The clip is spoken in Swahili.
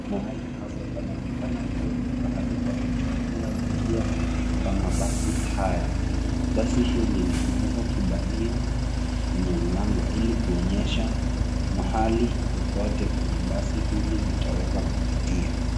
Mahali hapa panaonekana kuwa ni pahali pakuchukulia abiria, pa mabasi haya. Basi hili limewekwa kibanio, kwenye mlango ili kuonyesha, mahali, popote kwenye basi hili litaweza kupitia.